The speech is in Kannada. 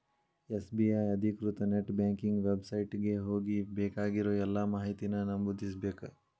ಎಸ್.ಬಿ.ಐ ಅಧಿಕೃತ ನೆಟ್ ಬ್ಯಾಂಕಿಂಗ್ ವೆಬ್ಸೈಟ್ ಗೆ ಹೋಗಿ ಬೇಕಾಗಿರೋ ಎಲ್ಲಾ ಮಾಹಿತಿನ ನಮೂದಿಸ್ಬೇಕ್